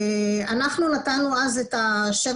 אנחנו נתנו אז את שבע